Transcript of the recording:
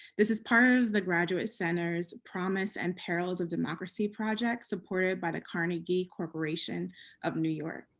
this is part of the graduate center's promise and perils of democracy project supported by the carnegie corporation of new york.